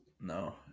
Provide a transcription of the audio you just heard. No